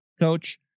coach